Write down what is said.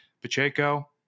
Pacheco